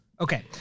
Okay